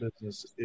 business